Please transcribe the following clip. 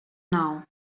now